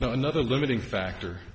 now another limiting factor